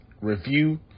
review